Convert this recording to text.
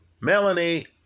Melanie